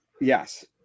yes